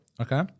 okay